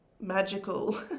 magical